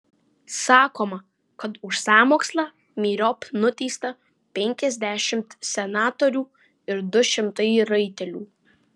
sakoma kad už sąmokslą myriop nuteista penkiasdešimt senatorių ir du šimtai raitelių